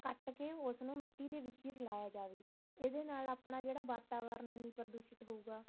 ਕੱਟ ਕੇ ਉਸਨੂੰ ਮਿੱਟੀ ਦੇ ਵਿੱਚ ਹੀ ਰਲਾਇਆ ਜਾਵੇ ਇਹਦੇ ਨਾਲ ਆਪਾਂ ਜਿਹੜਾ ਵਾਤਾਵਰਣ ਨਹੀਂ ਪ੍ਰਦੂਸ਼ਿਤ ਹੋਵੇਗਾ